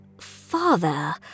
Father